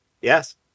Yes